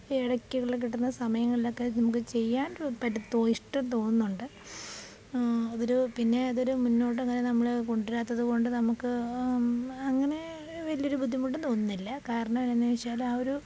ഇടയ്ക്കെങ്കിലും കിട്ടുന്ന സമയങ്ങളിലൊക്കെ നമുക്ക് ചെയ്യാൻ പറ്റും ഇഷ്ടം തോന്നുന്നുണ്ട് അതൊരു പിന്നെ അതൊരു മുന്നോട്ട് അങ്ങനെ നമ്മളെ കൊണ്ടുവരാത്തതുകൊണ്ട് നമുക്ക് അങ്ങനെ വലിയൊരു ബുദ്ധിമുട്ടും തോന്നുന്നില്ല കാരണമെന്ന് വച്ചാൽ ആ ഒരു